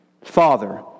Father